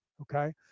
Okay